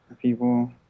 People